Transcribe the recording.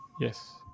Yes